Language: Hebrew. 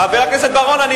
חבר הכנסת בר-און,